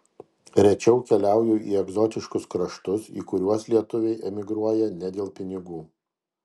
rečiau keliauju į egzotiškus kraštus į kuriuos lietuviai emigruoja ne dėl pinigų